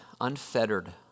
unfettered